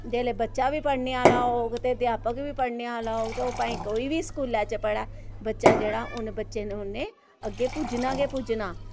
जिल्लै बच्चा बी पढ़ने आह्ला होग ते अध्यापक बी पढ़ाने आह्ला होग ते ओह् भाएं कोई बी स्कूले च पढ़ै बच्चा जेह्ड़ा उन बच्चे नै उ'न्ने अग्गै पुज्जना गै पुज्जना